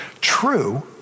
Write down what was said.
True